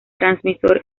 transmisor